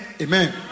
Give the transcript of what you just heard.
Amen